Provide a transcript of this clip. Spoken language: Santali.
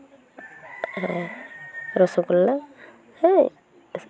ᱨᱚᱥᱚᱜᱳᱞᱞᱟ ᱦᱮᱸ